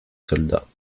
soldats